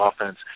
offense